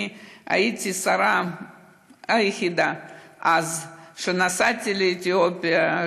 הייתי השרה היחידה אז שנסעה לאתיופיה,